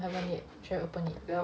haven't yet should I open it